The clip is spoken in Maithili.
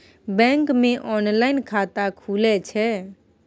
बैंक मे ऑनलाइन खाता खुले छै?